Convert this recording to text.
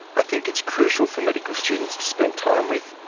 i think it's crucial for medical students to spend time with,